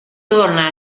torna